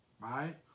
Right